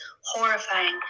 horrifying